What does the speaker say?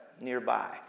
nearby